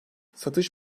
satış